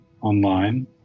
online